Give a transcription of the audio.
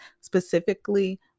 specifically